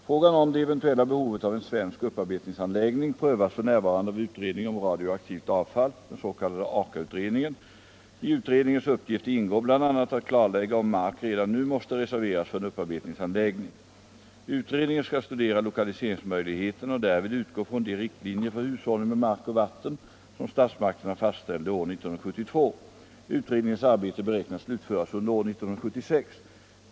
Frågan om det eventuella behovet av en svensk upparbetningsanläggning prövas f.n. av utredningen om radioaktivt avfall, den s.k. Akautredningen. I utredningens uppgifter ingår bl.a. att klarlägga om mark redan nu måste reserveras för en upparbetningsanläggning. Utredningen skall studera lokaliseringsmöjligheterna och därvid utgå från de riktlinjer för hushållning med mark och vatten som statsmakterna fastställde år 1972. Utredningens arbete beräknas slutföras under år 1976.